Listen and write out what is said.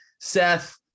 Seth